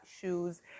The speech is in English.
shoes